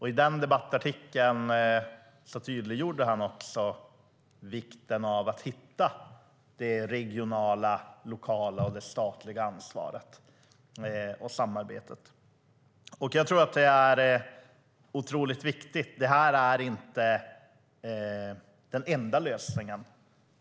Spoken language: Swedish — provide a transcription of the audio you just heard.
I debattartikeln tydliggjorde han också vikten av att hitta det regionala, lokala och det statliga ansvaret och samarbetet. Det här är inte den enda lösningen.